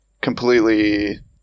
completely